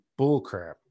bullcrap